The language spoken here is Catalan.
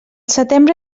setembre